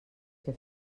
què